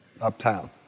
uptown